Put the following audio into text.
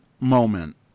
moment